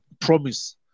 promise